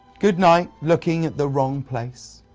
goodnight, looking at the wrong place